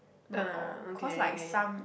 uh okay okay